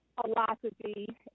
philosophy